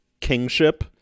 kingship